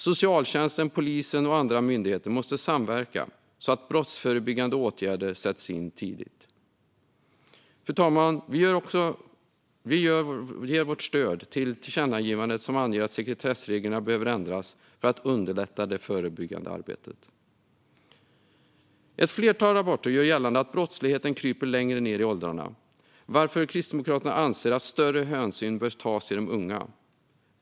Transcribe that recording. Socialtjänsten, polisen och andra myndigheter måste samverka, så att brottsförebyggande åtgärder sätts in tidigt. Fru talman! Vi ger vårt stöd till det tillkännagivande som anger att sekretessreglerna behöver ändras för att underlätta det förebyggande arbetet. Ett flertal rapporter gör gällande att brottsligheten kryper längre ned i åldrarna, varför Kristdemokraterna anser att större hänsyn bör tas till de unga.